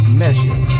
measure